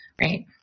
Right